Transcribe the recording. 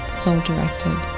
soul-directed